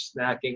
snacking